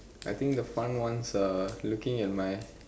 I think the fun ones are looking at my